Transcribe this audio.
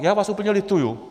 Já vás úplně lituju.